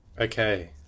okay